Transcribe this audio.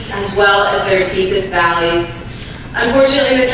wealth of their deepest valleys unfortunately,